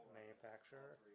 manufacturer